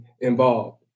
involved